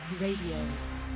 Radio